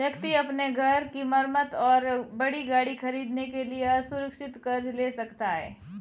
व्यक्ति अपने घर की मरम्मत और बड़ी गाड़ी खरीदने के लिए असुरक्षित कर्ज ले सकता है